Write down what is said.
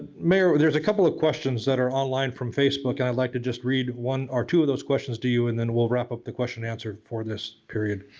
mayor there's a couple of questions that are online from facebook and i'd like to just read one or two of those questions to you and then we'll wrap up the question answer for this period.